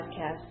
podcast